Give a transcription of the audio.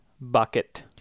bucket